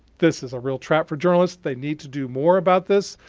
this is a real trap for journalists. they need to do more about this.